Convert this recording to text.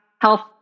health